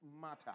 matter